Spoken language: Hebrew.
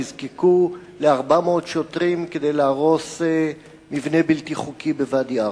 נזקקו ל-400 שוטרים כדי להרוס מבנה בלתי חוקי בוואדי-עארה.